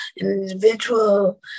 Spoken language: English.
individual